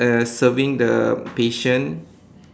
uh serving the patient